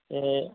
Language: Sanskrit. त